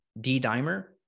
D-dimer